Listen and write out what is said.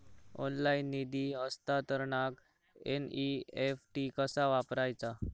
Online निधी हस्तांतरणाक NEFT कसा वापरायचा?